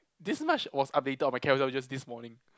this much was updated on my Carousell just this morning